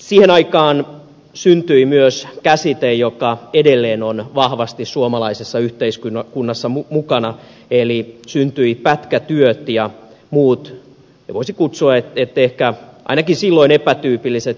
siihen aikaan syntyi myös käsite joka edelleen on vahvasti suomalaisessa yhteiskunnassa mukana eli syntyivät pätkätyöt ja muut voisi kutsua ainakin silloin epätyypilliset työsuhteet